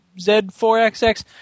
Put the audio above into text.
Z4XX